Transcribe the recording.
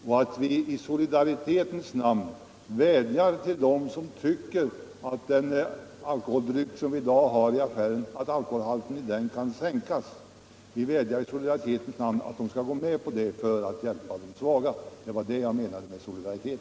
Vi vädjar i solidaritetens namn till konsumenterna att gå med på att alkoholhalten i den alkoholdryck som i dag säljs i affärerna kan sänkas för att hjälpa de svaga. Det var det jag menade med solidaritet.